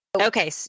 Okay